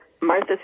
martha